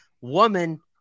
woman